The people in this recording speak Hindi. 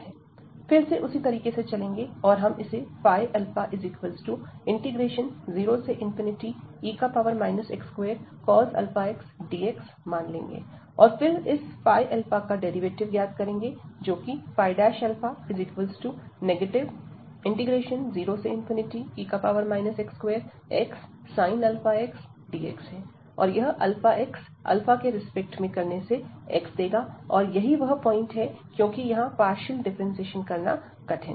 फिर से उसी तरीके से चलेंगे और हम इसे 0e x2αx dx मान लेंगे और फिर इस का डेरिवेटिव ज्ञात करेंगे जो कि 0e x2xαx dx है और यह αx अल्फा के रिस्पेक्ट में करने से x देगा और यही वह पॉइंट है क्योंकि यहां पार्शियल डिफ्रेंसिएशन करना कठिन है